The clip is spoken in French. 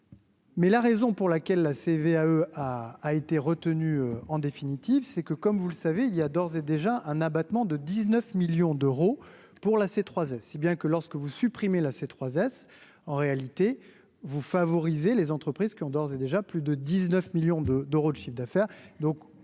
Mais la raison pour laquelle la CVAE a été retenu en définitive, c'est que, comme vous le savez, il y a d'ores et déjà un abattement de 19 millions d'euros pour la C3, si bien que lorsque vous supprimez la c'est 3 S en réalité vous favoriser les entreprises qui ont d'ores et déjà plus de 19 millions de d'euros de chiffre d'affaires,